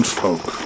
folk